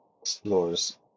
explorers